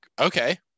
okay